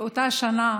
באותה שנה